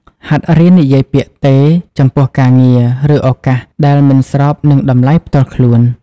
ហាត់រៀននិយាយពាក្យ "ទេ" ចំពោះការងារ ឬឱកាសដែលមិនស្របនឹងតម្លៃផ្ទាល់ខ្លួន។